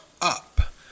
up